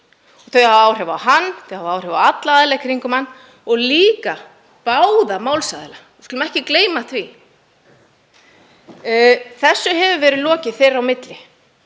Þau hafa áhrif á hann, þau hafa áhrif á alla aðila í kringum hann og líka báða málsaðila. Við skulum ekki gleyma því. Þessu hefur verið lokið þeirra á milli